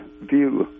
view